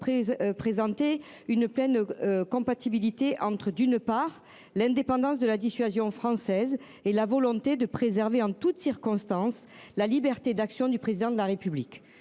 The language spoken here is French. garanti une pleine compatibilité entre l’indépendance de la dissuasion française et la volonté de préserver en toutes circonstances la liberté d’action du Président de la République,